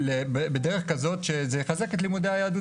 בדרך כזאת שזה יחזק את לימודי היהדות